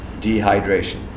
dehydration